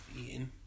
eating